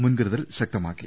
മുൻകരുതൽ ശക്തമാക്കി